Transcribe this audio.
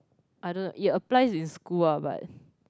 I don't yeah applies in school but